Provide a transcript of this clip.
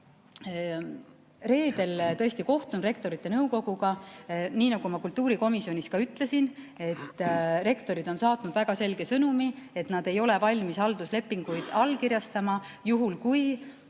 Reedel kohtun Rektorite Nõukoguga. Nii nagu ma kultuurikomisjonis ütlesin, rektorid on saatnud väga selge sõnumi, et nad ei ole valmis halduslepinguid allkirjastama, juhul kui